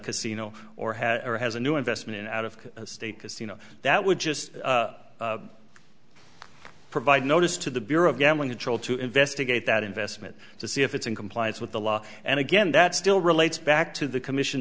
casino or has or has a new investment in out of state because you know that would just provide notice to the bureau of gambling the trial to investigate that investment to see if it's in compliance with the law and again that still relates back to the commission